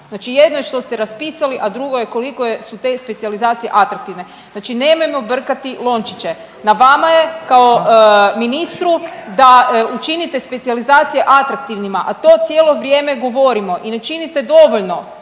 jedno je što ste raspisali, a drugo je koliko su te specijalizacije atraktivne, znači nemojmo brkati lončiće. Na vama je kao ministru da učinite specijalizacije atraktivnima, a to cijelo vrijeme govorimo i ne činite dovoljno,